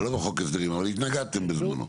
לא בחוק ההסדרים, אבל התנגדתם בזמנו.